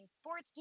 sports